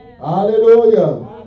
Hallelujah